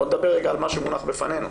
בוא נדבר רגע על מה שמונח בפנינו.